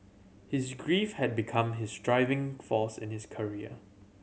his grief had become his driving force in his career